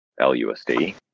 LUSD